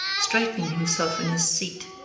straightening himself in his seat,